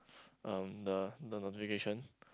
um the the notification